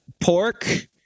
pork